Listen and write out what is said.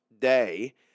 day